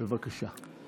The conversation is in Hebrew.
בבקשה.